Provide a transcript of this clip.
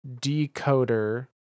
decoder